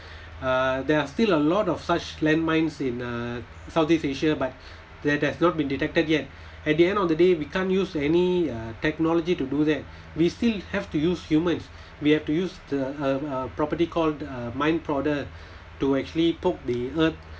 uh there are still a lot of such landmines in uh southeast asia but that has not been detected yet at the end of the day we can't use any uh technology to do that we still have to use humans we have to use the uh uh property called uh mine prodder to actually poke the earth